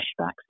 flashbacks